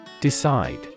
Decide